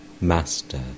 Master